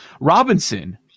Robinson